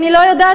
אני לא יודעת,